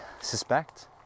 suspect